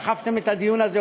סחבתם את הדיון הזה,